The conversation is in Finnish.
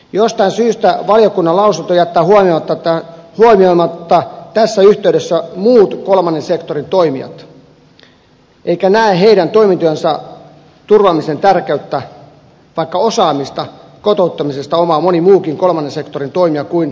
jostain syystä valiokunnan lausunto jättää huomioimatta tässä yhteydessä muut kolmannen sektorin toimijat eikä näe heidän toimintojensa turvaamisen tärkeyttä vaikka osaamista kotouttamisesta omaa moni muukin kolmannen sektorin toimija kuin maahanmuuttajajärjestöt yksinään